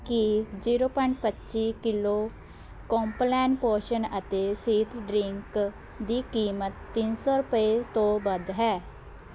ਕੀ zero point ਪੱਚੀ kilo Complan ਪੋਸ਼ਣ ਅਤੇ ਸਿਹਤ ਡਰਿੰਕ ਦੀ ਕੀਮਤ ਤਿੰਨ ਸੌ ਰੁਪਏ ਤੋਂ ਵੱਧ ਹੈ